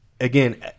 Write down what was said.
again